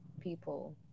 people